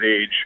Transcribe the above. age